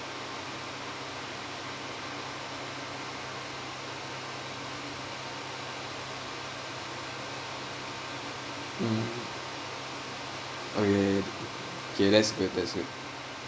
um okay K that's good that's good